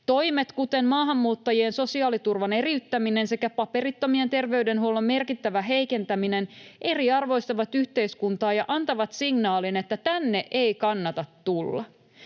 Toimet kuten maahanmuuttajien sosiaaliturvan eriyttäminen sekä paperittomien terveydenhuollon merkittävä heikentäminen eriarvoistavat yhteiskuntaa ja antavat signaalin, että tänne ei kannata tulla.